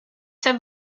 have